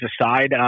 aside